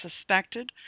suspected